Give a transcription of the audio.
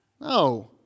No